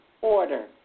order